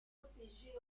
protégées